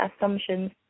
assumptions